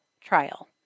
trial